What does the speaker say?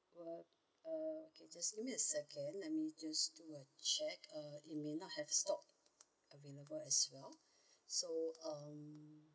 well uh okay just let me a second let me just do a check uh it may not have stock available as well so um